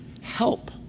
Help